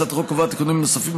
הצעת החוק קובעת תיקונים נוספים,